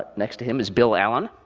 ah next to him is bill allen,